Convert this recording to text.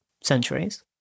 centuries